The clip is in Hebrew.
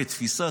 כתפיסה,